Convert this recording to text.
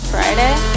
Friday